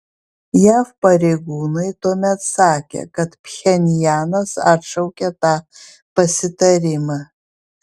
jav pareigūnai tuomet sakė kad pchenjanas atšaukė tą pasitarimą